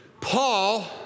Paul